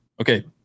okay